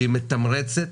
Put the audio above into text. שהיא מתמרצת,